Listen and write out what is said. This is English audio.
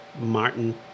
Martin